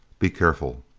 be careful!